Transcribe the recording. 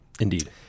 Indeed